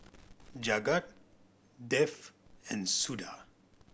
Jagat Dev and Suda